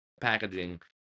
packaging